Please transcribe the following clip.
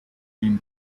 been